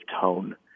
tone